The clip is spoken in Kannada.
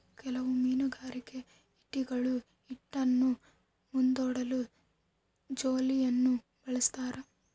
ಕೆಲವು ಮೀನುಗಾರಿಕೆ ಈಟಿಗಳು ಈಟಿಯನ್ನು ಮುಂದೂಡಲು ಜೋಲಿಯನ್ನು ಬಳಸ್ತಾರ